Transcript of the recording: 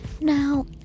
now